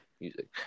music